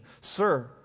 Sir